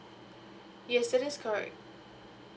yes that is correct